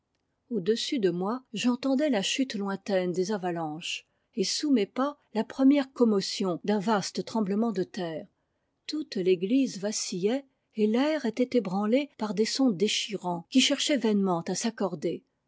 au-dessus de moi j'entendais la chute lointaine des avalanches et sous mes pas la première commotion d'un vaste tremblement de terre toute l'église vacillait et l'air était ébranlé par des sons déchirants qui cherchaient vainement à s'accorder